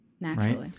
Naturally